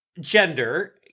gender